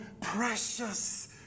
precious